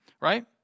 right